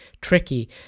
tricky